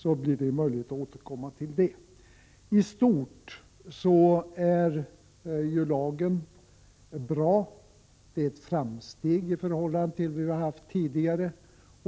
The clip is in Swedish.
I stort sett är lagen bra. Den innebär ett framsteg i förhållande till vad vi haft tidigare.